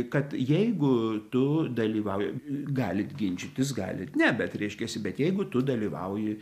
kad jeigu tu dalyvauji galit ginčytis galit ne bet reiškiasi bet jeigu tu dalyvauji